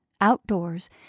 outdoors